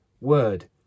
word